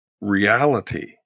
reality